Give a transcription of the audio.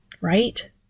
right